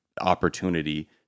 opportunity